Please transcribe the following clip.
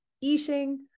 eating